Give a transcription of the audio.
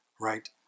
right